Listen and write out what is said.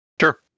sure